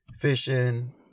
fishing